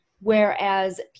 Whereas